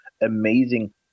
amazing